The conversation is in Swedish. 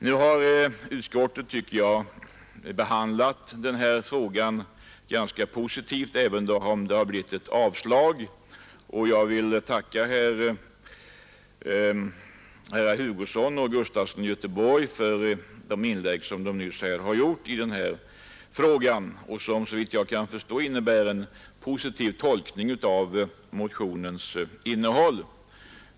Jag tycker också att utskottet har behandlat denna fråga ganska positivt, även om utskottet har yrkat avslag på motionen, och jag vill tacka herrar Hugosson och Gustafson i Göteborg för de inlägg som de här gjort och som vittnade om en positiv tolkning av motionens innehåll.